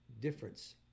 difference